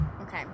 Okay